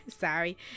Sorry